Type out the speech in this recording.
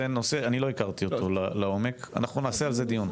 זה נושא שאני לא הכרתי אותו לעומק ואנחנו נעשה עליו דיון.